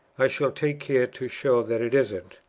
i shall take care to show that it isn't.